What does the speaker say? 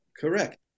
Correct